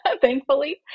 thankfully